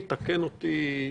בטוח שלילד בן שנתיים אין